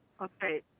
Okay